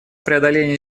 преодоления